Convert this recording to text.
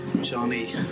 Johnny